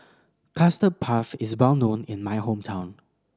Custard Puff is well known in my hometown